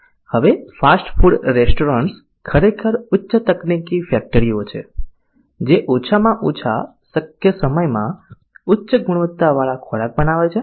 હવે fast food restaurants ખરેખર ઉચ્ચ તકનીકી ફેક્ટરીઓ છે જે ઓછામાં ઓછા શક્ય સમયમાં ઉચ્ચ ગુણવત્તાવાળા ખોરાક બનાવે છે